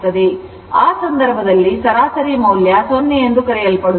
ಆದ್ದರಿಂದ ಆ ಸಂದರ್ಭದಲ್ಲಿ ಸರಾಸರಿ ಮೌಲ್ಯ 0 ಎಂದು ಕರೆಯಲ್ಪಡುತ್ತದೆ